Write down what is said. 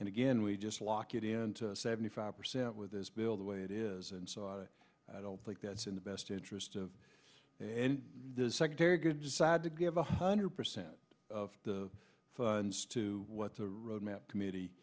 and again we just lock it into seventy five percent with this bill the way it is and so i don't think that's in the best interest of the secretary good decide to give one hundred percent of the funds to what the roadmap committee